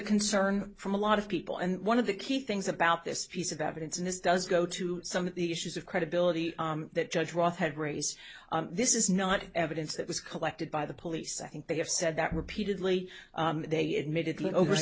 concern from a lot of people and one of the key things about this piece of evidence and this does go to some of the issues of credibility that judge roth had raised this is not evidence that was collected by the police i think they have said that repeatedly they a